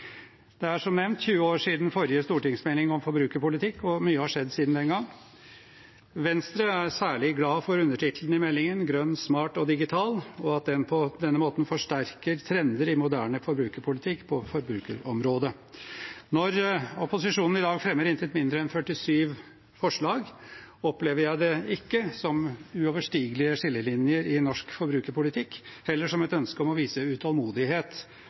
Det er, som nevnt, 20 år siden forrige stortingsmelding om forbrukerpolitikk, og mye har skjedd siden den gang. Venstre er særlig glad for undertittelen i meldingen – «grøn, smart og digital» – og at den på denne måten forsterker trender i moderne forbrukerpolitikk på forbrukerområdet. Når opposisjonen i dag fremmer intet mindre enn 47 forslag, opplever jeg det ikke som uoverstigelige skillelinjer i norsk forbrukerpolitikk, men heller som et ønske om å vise utålmodighet